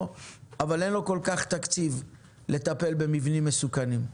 אבל אין לו כל כך תקציב לטפל במבנים מסוכנים.